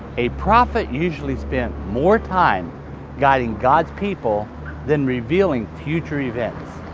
a prophet usually spent more time guiding god's people than revealing future events.